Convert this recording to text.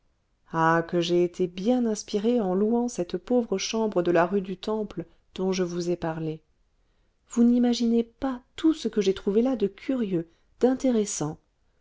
ah que j'ai été bien inspiré en louant cette pauvre chambre de la rue du temple dont je vous ai parlé vous n'imaginez pas tout ce que j'ai trouvé là de curieux d'intéressant